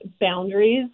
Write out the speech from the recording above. boundaries